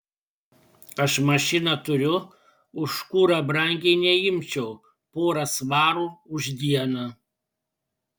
aš mašiną turiu už kurą brangiai neimčiau porą svarų už dieną